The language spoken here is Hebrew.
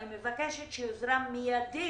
אני מבקשת שיוזרם מידית